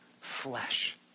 flesh